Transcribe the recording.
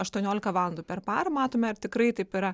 aštuoniolika valandų per parą matome ar tikrai taip yra